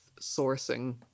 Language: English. sourcing